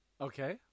Okay